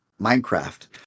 minecraft